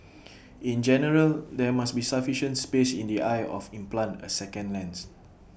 in general there must be sufficient space in the eye of implant A second lens